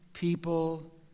People